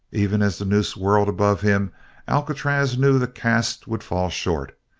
even as the noose whirled above him alcatraz knew the cast would fall short.